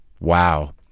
Wow